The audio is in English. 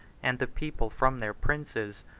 and the people from their princes,